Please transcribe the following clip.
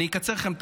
אני אקצר לכם,